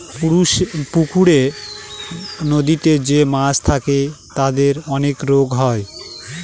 পুকুরে, নদীতে যে মাছ থাকে তাদের অনেক রোগ হয়